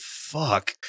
fuck